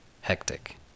hectic